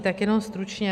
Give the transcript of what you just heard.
Tak jenom stručně.